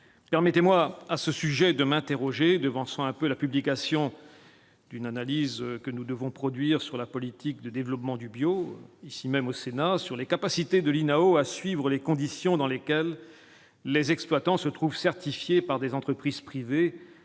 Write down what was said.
Permettez-moi, à ce sujet, de m'interroger, devançant un peu la publication d'une analyse que nous devons produire sur la politique de développement du bio ici même au Sénat sur les capacités de l'INAO à suivre les conditions dans lesquelles les exploitants se trouve certifiés par des entreprises privées